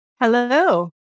hello